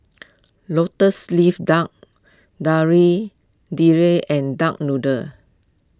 Lotus Leaf Duck Kari Debal and Duck Noodle